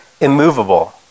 immovable